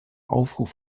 aufruf